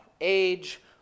age